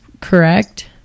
correct